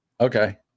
okay